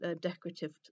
decorative